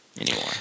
anymore